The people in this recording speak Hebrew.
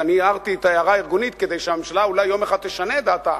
כי אני הערתי את ההערה הארגונית כדי שהממשלה אולי יום אחד תשנה את דעתה,